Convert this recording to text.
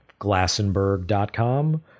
glassenberg.com